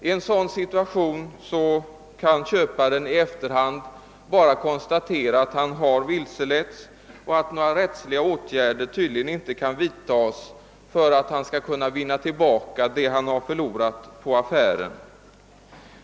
I en sådan situation kan köparen i efterhand bara konstatera att han har vilseletts och att några rättsliga åtgärder tydligen inte kan vidtas för att han skall vinna tillbaka vad han förlorat på affären.